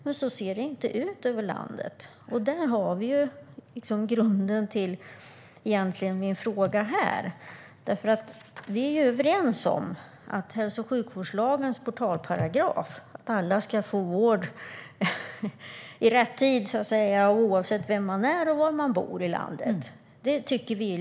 Men så ser det inte ut över landet, och där har vi egentligen grunden till min fråga. Vi är ju överens om det på något sätt självklara i hälso och sjukvårdslagens portalparagraf, alltså att alla ska få vård i rätt tid, oavsett vem man är och var man bor i landet.